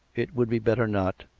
it would be better not.